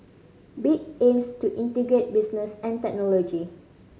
bit aims to integrate business and technology